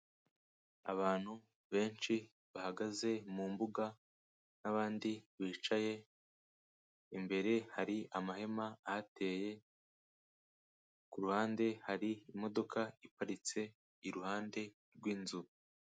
Abantu benshi bahagaze mu mbuga n'abandi bicaye imbere hari amahema ahateye ku ruhande hari imodoka iparitse i ruhande rw'inzu.